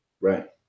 Right